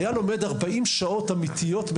היה לומד כ-40 שעות שבועיות,